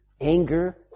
anger